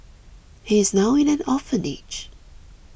he's now in an orphanage